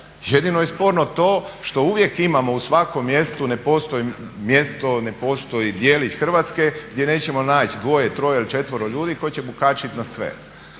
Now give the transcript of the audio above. Jedino je sporno to što uvijek imamo u svakom mjestu ne postoji mjesto, ne postoji djelić Hrvatske gdje nećemo naći dvoje, troje ili četvero ljudi koje ćemo kačit na sve.